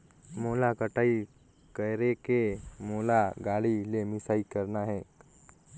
मोला कटाई करेके मोला गाड़ी ले मिसाई करना हे?